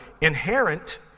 inherent